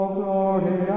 Glory